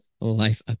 life